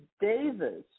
Davis